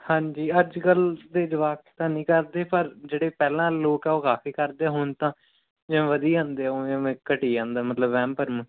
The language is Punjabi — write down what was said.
ਹਾਂਜੀ ਅੱਜ ਕੱਲ੍ਹ ਦੇ ਜਵਾਕ ਤਾਂ ਨਹੀਂ ਕਰਦੇ ਪਰ ਜਿਹੜੇ ਪਹਿਲਾਂ ਲੋਕ ਆ ਉਹ ਕਾਫ਼ੀ ਕਰਦੇ ਹੁਣ ਤਾਂ ਜਿਵੇਂ ਵਧੀਆ ਹੁੰਦੇ ਆ ਓਵੇਂ ਓਵੇਂ ਘਟੀ ਜਾਂਦਾ ਮਤਲਬ ਵਹਿਮ ਭਰਮ